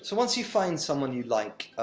so once you find someone you like,